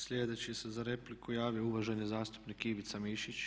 Sljedeći se za repliku javio uvaženi zastupnik Ivica Mišić.